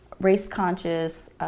race-conscious